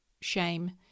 shame